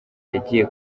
yagiye